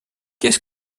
qu’est